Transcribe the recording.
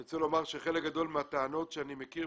אני רוצה לומר שחלק גדול מהטענות שאני מכיר,